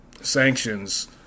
sanctions